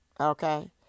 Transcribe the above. Okay